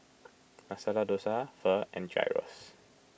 Masala Dosa Pho and Gyros